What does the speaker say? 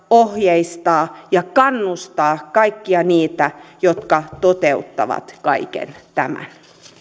ohjeistaa ja kannustaa kaikkia niitä jotka toteuttavat kaiken tämän